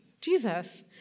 Jesus